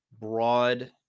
broad